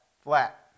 flat